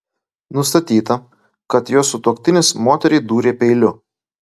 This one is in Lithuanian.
nustatyta kad jos sutuoktinis moteriai dūrė peiliu